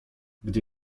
gdy